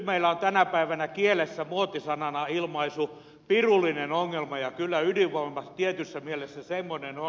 meillä on tänä päivänä kielessä muotisanana ilmaisu pirullinen ongelma ja kyllä ydinvoima tietyssä mielessä semmoinen on